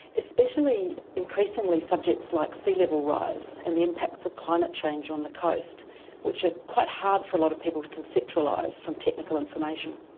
especially increasingly subjects like sea level rise and the impacts of climate change on the coast which are quite hard for a lot of people to conceptualise from technical information.